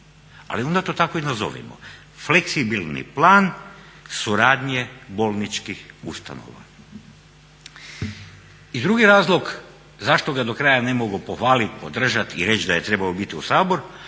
Ali onda to tako i nazovimo fleksibilni plan suradnje bolničkih ustanova. I drugi razlog zašto ga do kraja ne mogu pohvalit, podržat i reći da je trebao biti u Saboru